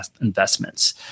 investments